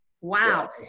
wow